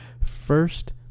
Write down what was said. first